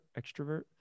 extrovert